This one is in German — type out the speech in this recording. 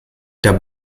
der